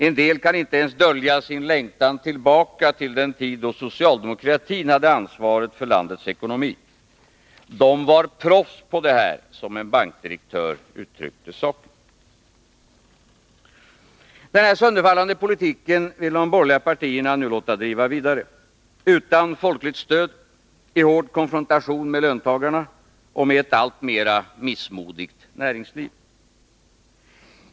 En del kan inte ens dölja sin längtan tillbaka till den tid då socialdemokratin hade ansvaret för landets ekonomi — ”dom var proffs på det här”, som en bankdirektör uttryckte saken. Den här sönderfallande politiken vill de borgerliga partierna nu låta driva Nr 92 vidare — utan folkligt stöd, i hård konfrontation med löntagarna och med ett Onsdagen den alltmera missmodigt näringsliv.